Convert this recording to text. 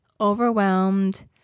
overwhelmed